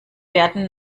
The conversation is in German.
werden